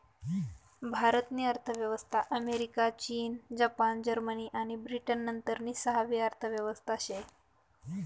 भारत नी अर्थव्यवस्था अमेरिका, चीन, जपान, जर्मनी आणि ब्रिटन नंतरनी सहावी अर्थव्यवस्था शे